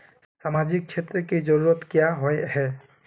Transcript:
सामाजिक क्षेत्र की जरूरत क्याँ होय है?